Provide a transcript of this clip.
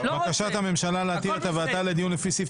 בקשת הממשלה להתיר את הבאתה לדיון לפי סעיף